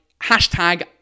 Hashtag